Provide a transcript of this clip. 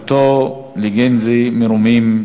אין נמנעים,